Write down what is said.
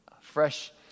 fresh